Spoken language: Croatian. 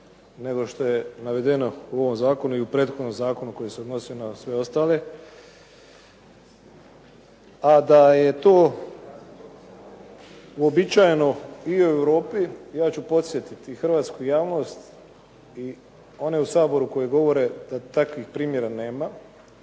nego što je navedeno u ovom zakonu i u prethodnom zakonu koji se odnosio na sve ostale. A da je to uobičajeno i u Europi, ja ću podsjetiti hrvatsku javnost i one u Saboru koji govore da takvih primjera nema,